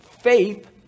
faith